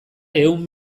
ehun